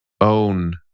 own